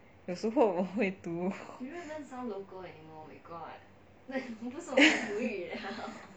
有时候我会读